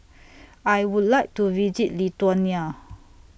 I Would like to visit Lithuania